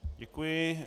Děkuji.